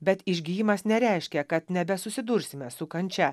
bet išgijimas nereiškia kad nebesusidursime su kančia